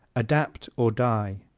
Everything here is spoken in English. adapt or die